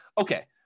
okay